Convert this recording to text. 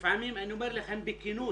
לפעמים, אני אומר לכם בכנות